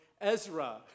Ezra